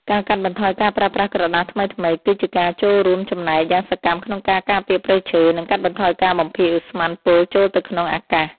ការកាត់បន្ថយការប្រើប្រាស់ក្រដាសថ្មីៗ គឺជាការចូលរួមចំណែកយ៉ាងសកម្មក្នុងការការពារព្រៃឈើ និង កាត់បន្ថយការបំភាយឧស្ម័នពុលចូលទៅក្នុងអាកាស។